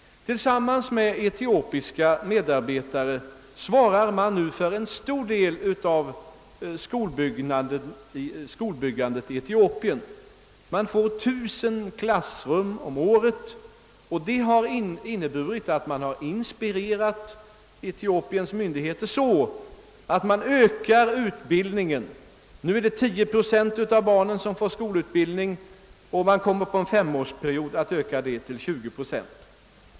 Tillsammans med etiopiska medarbetare svarar de nu för en stor del av skolbyggandet i Etiopien. Man får fram 1000 klassrum om året, vilket inspirerat Etiopiens myndigheter till att öka utbildningen. Numera får 10 procent av barnen skolutbildning, och denna andel kommer på en femårsperiod att ökas till 20 procent.